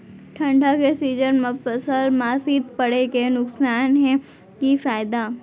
ठंडा के सीजन मा फसल मा शीत पड़े के नुकसान हे कि फायदा?